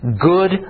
good